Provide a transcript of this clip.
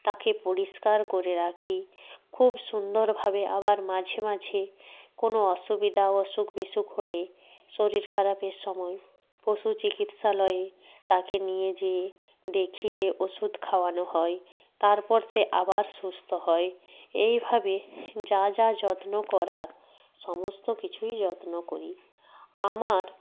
তাকে পরিষ্কার করে রাখি খুব সুন্দরভাবে আবার মাঝে মাঝে কোনো অসুবিধা অসুখ বিসুখ হলে শরীর খারাপের সময় পশু চিকিৎসালয়ে তাকে নিয়ে যেয়ে দেখিয়ে ওষুধ খাওয়ানো হয় তারপর সে আবার সুস্থ হয় এইভাবে যা যা যত্ন করার সমস্ত কিছুই যত্ন করি আমার